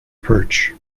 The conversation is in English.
perch